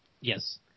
Yes